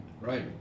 Right